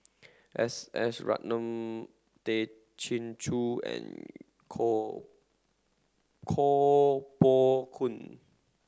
S S Ratnam Tay Chin Joo and Koh Koh Poh Koon